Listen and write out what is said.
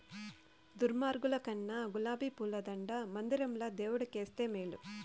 దుర్మార్గుల కన్నా గులాబీ పూల దండ మందిరంల దేవుడు కేస్తే మేలు